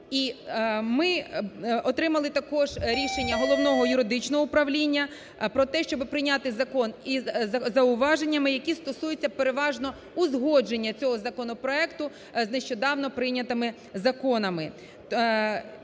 ми отримали також рішення Головного юридичного управління про те, щоб прийняти закон із зауваженнями, які стосуються переважно узгодження цього законопроекту з нещодавно прийнятими законами.